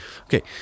Okay